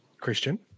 Christian